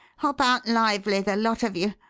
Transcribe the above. hop out lively the lot of you!